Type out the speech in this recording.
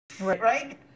right